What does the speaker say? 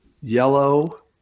yellow